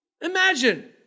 Imagine